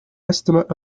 estimate